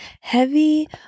heavy